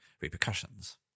repercussions